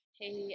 hey